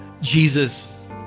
Jesus